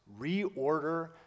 reorder